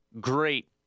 great